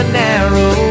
narrow